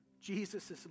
Jesus